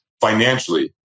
financially